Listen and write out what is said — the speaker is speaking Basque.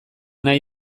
nahi